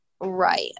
Right